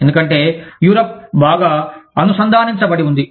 ఎందుకంటే యూరప్ బాగా అనుసంధానించబడి ఉంది